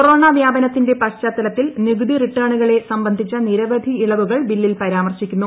corona വ്യാപനത്തിന്റെ പശ്ചാത്തലത്തിൽ നികുതി റിട്ടേണുകളെ സംബന്ധിച്ചനിരവധി ഇളവുകൾ ബില്ലിൽ പരാമർശിക്കുന്നു